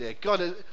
God